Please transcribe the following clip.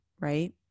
right